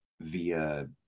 via